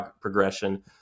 progression